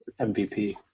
MVP